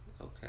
okay